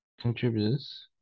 contributors